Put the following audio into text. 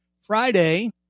Friday